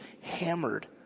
hammered